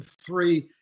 three